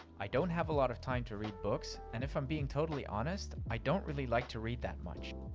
i don't have a lot of time to read books, and if i'm being totally honest, i don't really like to read that much.